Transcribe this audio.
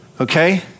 okay